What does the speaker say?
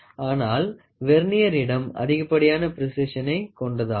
ஆனால் வெர்னியறிடம் அதிகப்படியான ப்ரேசிசனை கொண்டதாகும்